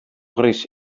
gris